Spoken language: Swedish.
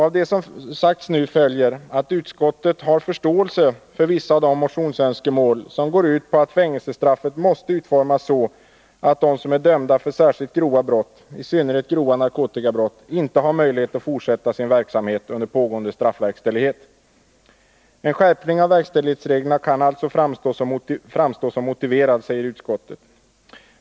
Av det som sagts nu följer att utskottet har förståelse för vissa av de motionsönskemål som går ut på att fängelsestraffet måste utformas så att de som är dömda för särskilt grova brott, i synnerhet grova narkotikabrott, inte har möjlighet att fortsätta sin verksamhet under pågående straffverkställighet. En skärpning av verkställighetsreglerna kan alltså framstå som motiverad, säger utskottet.